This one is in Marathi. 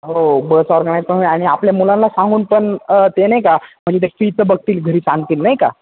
हो बस ऑर्गनाईज करू आणि आपल्या मुलांना सांगून पण ते नाही का म्हणजे ते फीचं बघतील घरी सांगतील नाही का